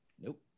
Nope